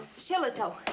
shillitoe.